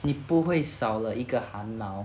你不会少了一个寒毛